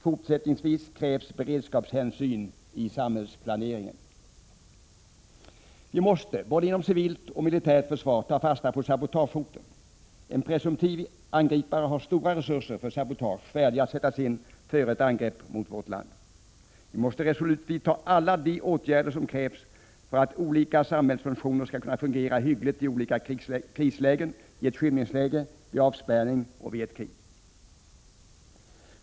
Fortsättningsvis krävs det beredskapshänsyn i samhällsplaneringen. —- Vi måste — inom både civilt och militärt försvar — ta fasta på sabotagehoten. En presumtiv angripare har stora resurser för sabotage färdiga att sättas in före ett angrepp mot vårt land. —- Vi måste resolut vidta alla de åtgärder som krävs för att olika samhällsfunktioner skall kunna fungera hyggligt i olika krislägen, i ett skymningsläge, vid avspärrning och i ett krig.